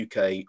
UK